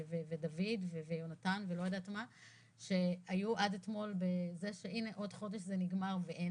ודוד ויהונתן שהיו עד אתמול בזה שהנה עוד חודש זה נגמר ואין